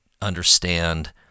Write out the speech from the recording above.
understand